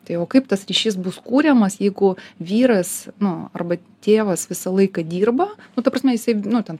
tai o kaip tas ryšys bus kuriamas jeigu vyras nu arba tėvas visą laiką dirba nu ta prasme jisai nu ten